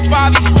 Bobby